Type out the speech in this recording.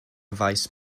faes